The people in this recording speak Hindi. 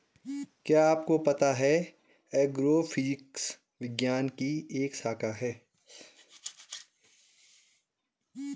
क्या आपको पता है एग्रोफिजिक्स विज्ञान की एक शाखा है?